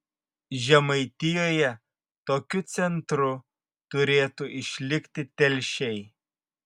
žemaitijoje tokiu centru turėtų išlikti telšiai